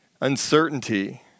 uncertainty